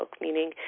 meaning